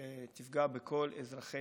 שתפגע בכל אזרחי ישראל,